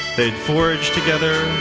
they forged together,